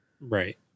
Right